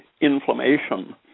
inflammation